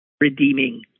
redeeming